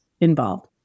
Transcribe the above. involved